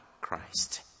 Christ